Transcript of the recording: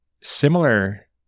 similar